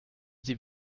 sie